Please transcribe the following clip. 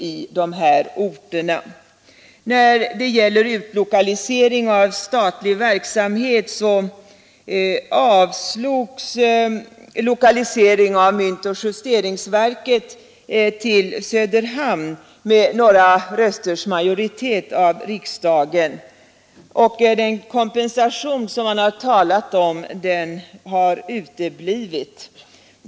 Med några rösters majoritet avslog riksdagen förslaget om lokalisering av myntoch justeringsverket till Söderhamn. Den kompensation som man har talat om har uteblivit.